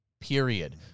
Period